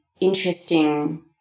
interesting